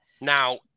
Now